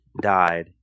died